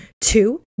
Two